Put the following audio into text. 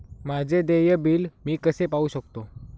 माझे देय बिल मी कसे पाहू शकतो?